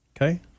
Okay